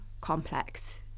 complex